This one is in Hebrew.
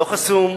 לא חסום.